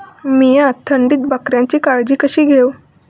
मीया थंडीत बकऱ्यांची काळजी कशी घेव?